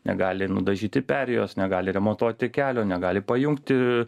negali nudažyti perėjos negali remontuoti kelio negali pajungti